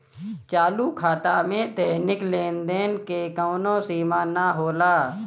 चालू खाता में दैनिक लेनदेन के कवनो सीमा ना होला